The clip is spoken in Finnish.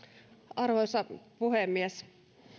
arvoisa puhemies